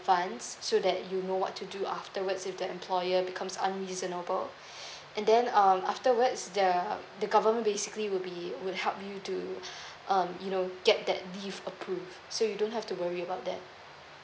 so that you know what to do afterwards if the employer becomes unreasonable and then um afterwards the the government basically will be will help you to um you know get that leave approved so you don't have to worry about that